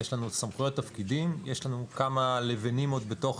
יש לנו סמכויות תפקידים יש לנו כמה לבנים עוד בתוך